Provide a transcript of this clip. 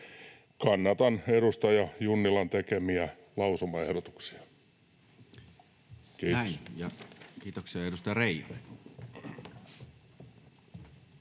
Kannatan edustaja Junnilan tekemiä lausumaehdotuksia. — Kiitos. [Speech